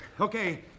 Okay